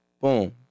Boom